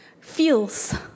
feels